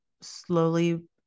slowly